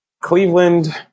Cleveland